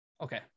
okay